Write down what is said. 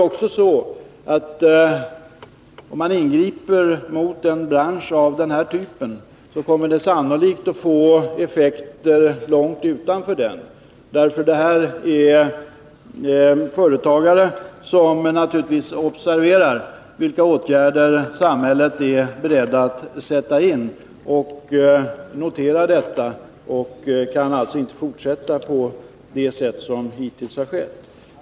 Om man ingriper mot en bransch av den här typen kommer det sannolikt att få effekter långt utanför den, eftersom de här företagarna naturligtvis observerar vilka åtgärder samhället är berett att sätta in. De noterar detta och kan alltså inte fortsätta på det sätt som hittills har skett.